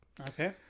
Okay